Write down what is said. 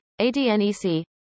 ADNEC